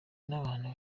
n’abantu